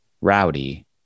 rowdy